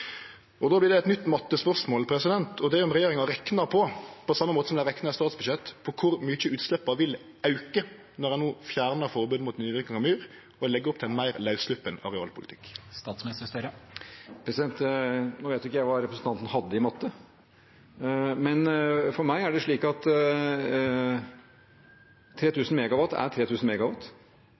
Då blir det eit nytt mattespørsmål: Har regjeringen rekna på – på same måte som dei reknar i samband med eit statsbudsjett – kor mykje utsleppa vil auke når ein no fjernar forbodet mot nydyrking av myr og legg opp til ein meir laussleppt arealpolitikk? Jeg vet ikke hva representanten hadde i matte, men for meg er det slik at 3 000 MW er